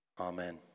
Amen